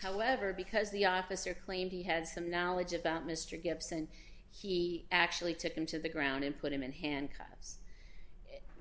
however because the officer claimed he had some knowledge about mr gibson he actually took him to the ground and put him in handcuffs